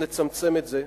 נצמצם את זה.